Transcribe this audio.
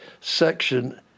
section